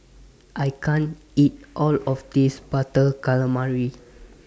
I can't eat All of This Butter Calamari